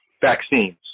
vaccines